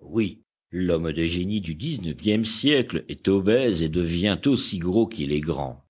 oui l'homme de génie du dix-neuvième siècle est obèse et devient aussi gros qu'il est grand